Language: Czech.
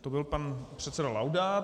To byl pan předseda Laudát.